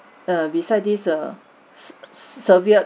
err besides this err ss~ ser~ serviette